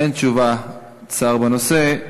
אין תשובת שר בנושא.